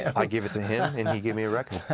i gave it to him, and he gave me a record.